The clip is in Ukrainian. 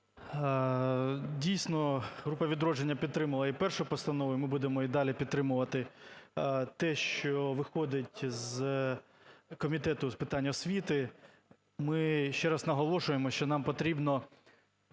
Дійсно, група "Відродження" підтримала і першу постанову, і ми будемо далі підтримувати те, що виходить з Комітету з питань освіти. Ми ще раз наголошуємо, що нам потрібно